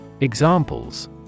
Examples